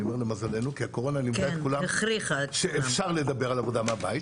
אני אומר למזלנו כי הקורונה לימדה את כולם שאפשר לדבר על עבודה מהבית.